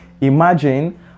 Imagine